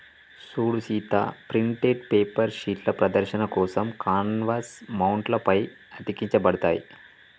సూడు Sita printed paper షీట్లు ప్రదర్శన కోసం కాన్వాస్ మౌంట్ల పై అతికించబడతాయి